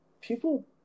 people